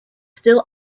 still